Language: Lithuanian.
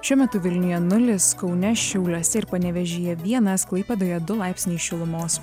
šiuo metu vilniuje nulis kaune šiauliuose ir panevėžyje vienas klaipėdoje du laipsniai šilumos